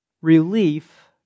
relief